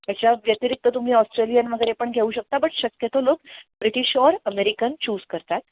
त्याच्या व्यतिरिक्त तुम्ही ऑस्ट्रेलियन वगैरे पण घेऊ शकता बट शक्यतो लोक ब्रिटिश ऑर अमेरिकन चूज करतात